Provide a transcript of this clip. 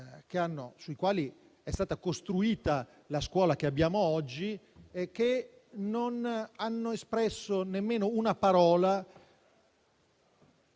sui quali è stata costruita la scuola che abbiamo oggi e che non hanno espresso nemmeno una parola